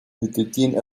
étaient